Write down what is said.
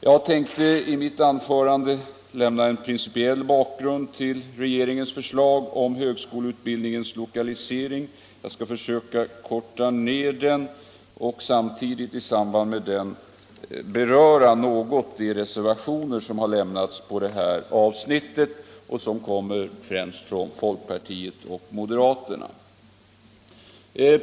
Jag tänkte i mitt anförande lämna en principiell bakgrund till regeringens förslag om högskoleutbildningens lokalisering — jag skall försöka korta ner mitt anförande — och i samband därmed något beröra de reservationer som lämnats på detta avsnitt och som kommer främst från folkpartiet och moderaterna.